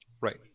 Right